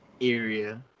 area